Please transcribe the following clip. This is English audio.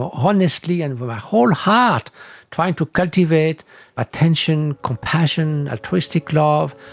honestly and with my whole heart trying to cultivate attention, compassion, altruistic love.